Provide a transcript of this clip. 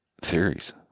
theories